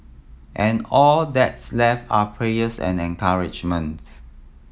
and all that's left are prayers and encouragement